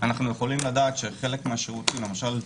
אנחנו יכולים לדעת שחלק מהשירותים למשל,